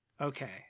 Okay